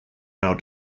now